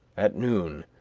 at noon,